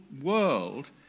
world